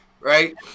right